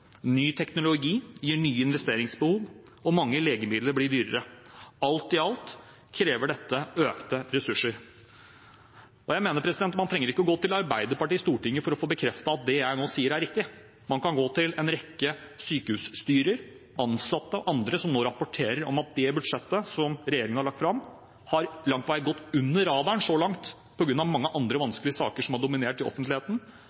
ny teknologi gir nye investeringsbehov, og mange legemidler blir dyrere. Alt i alt krever dette økte ressurser. Man trenger ikke gå til Arbeiderpartiet i Stortinget for å få bekreftet at det jeg nå sier, er riktig. Man kan gå til en rekke sykehusstyrer, ansatte og andre som nå rapporterer om at budsjettet som regjeringen har lagt fram, langt på vei har gått under radaren så langt, på grunn av mange andre vanskelige saker som har dominert i offentligheten.